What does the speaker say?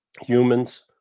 Humans